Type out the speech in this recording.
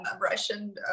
Russian